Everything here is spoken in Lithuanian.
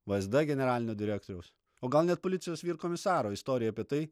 vaizda generalinio direktoriaus o gal net policijos ir komisaro istorija apie tai